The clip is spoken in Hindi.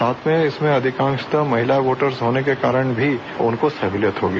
साथ में इसमें अधिकांश महिला वोटर्स होने के कारण भी उनको सहूलियत होगी